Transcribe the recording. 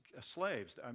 slaves